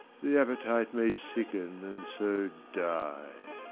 the appetite may sicken and so die.